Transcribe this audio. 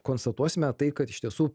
konstatuosime tai kad iš tiesų